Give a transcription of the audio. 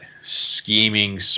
scheming